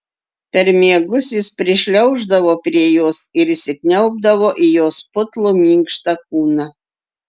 per miegus jis prišliauždavo prie jos ir įsikniaubdavo į jos putlų minkštą kūną